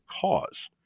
cause